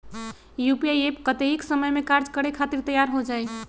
UPI app कतेइक समय मे कार्य करे खातीर तैयार हो जाई?